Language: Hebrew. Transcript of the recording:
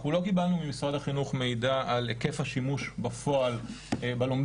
אנחנו לא קיבלנו ממשרד החינוך מידע על היקף השימוש בפועל בלומדות.